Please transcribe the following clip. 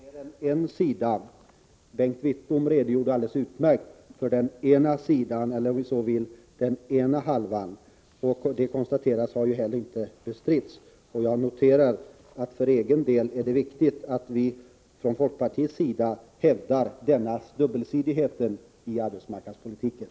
Fru talman! Till det kan bara sägas att min uppfattning är att den politik vi skall föra måste ha mer än en sida. Bengt Wittbom redogjorde alldeles utmärkt för den ena hälften av politiken. Det som han anförde har inte bestritts. Jag noterar, för egen del, att det är viktigt att vi från folkpartiet hävdar dubbelsidigheten i arbetsmarknadspolitiken.